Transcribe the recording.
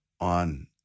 on